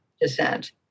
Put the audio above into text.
descent